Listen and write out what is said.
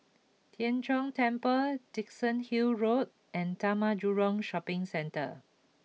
Tien Chor Temple Dickenson Hill Road and Taman Jurong Shopping Centre